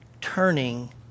turning